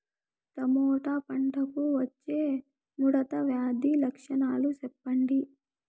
Tomato పంటకు వచ్చే ముడత వ్యాధి లక్షణాలు చెప్పండి?